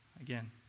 again